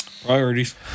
Priorities